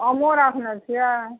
आमो राखने छियै